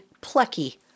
plucky